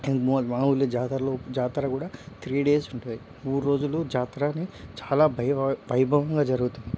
మా ఊర్లో జాతర్లో జాతర కూడా త్రీ డేస్ ఉంటుంది మూడు రోజులు జాతరని చాలా వైభ వైభవంగా జరుగుతుంది